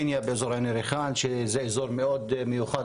קנייא באזור עין ריחן שזה אזור מאוד מיוחד,